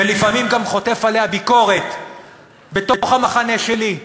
ולפעמים גם חוטף עליה ביקורת בתוך המחנה שלי,